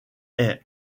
est